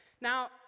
Now